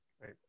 right